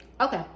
Okay